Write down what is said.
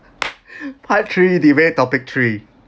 part three debate topic three